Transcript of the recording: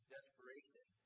desperation